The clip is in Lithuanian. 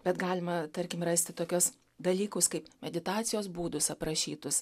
bet galima tarkim rasti tokius dalykus kaip meditacijos būdus aprašytus